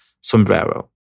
sombrero